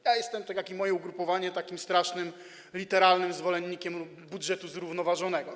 Ja jestem, tak jak i moje ugrupowanie, takim strasznym literalnym zwolennikiem budżetu zrównoważonego.